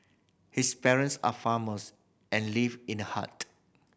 his parents are farmers and live in a hut